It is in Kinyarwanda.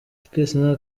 twese